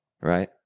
right